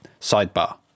sidebar